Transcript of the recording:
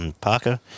Parker